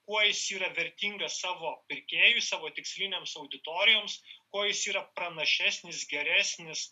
kuo jis yra vertingas savo pirkėjui savo tikslinėms auditorijoms kuo jis yra pranašesnis geresnis